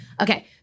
Okay